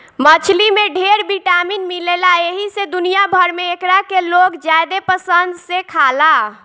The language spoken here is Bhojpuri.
मछली में ढेर विटामिन मिलेला एही से दुनिया भर में एकरा के लोग ज्यादे पसंद से खाला